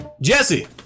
Jesse